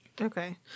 Okay